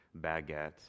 baguette